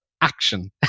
action